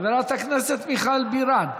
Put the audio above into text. חברת הכנסת מיכל בירן.